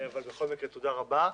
אבל בכל מקרה תודה רבה.